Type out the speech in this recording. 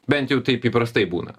bent jau taip įprastai būna